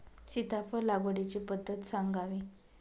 सीताफळ लागवडीची पद्धत सांगावी?